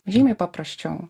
žymiai paprasčiau